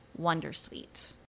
wondersuite